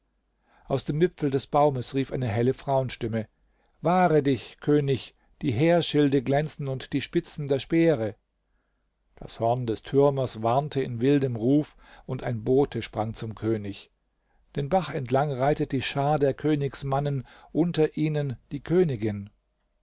aus dem wipfel des baumes rief eine helle frauenstimme wahre dich könig die heerschilde glänzen und die spitzen der speere das horn des türmers warnte in wildem ruf und ein bote sprang zum könig den bach entlang reitet die schar der königsmannen unter ihnen die königin